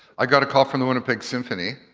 i got a call from the winnipeg symphony.